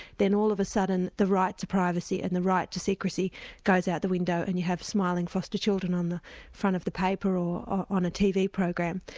then all of a sudden the right to privacy and the right to secrecy goes out the window and you have smiling foster-children on the front of the paper, or on a tv program.